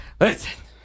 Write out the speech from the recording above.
Listen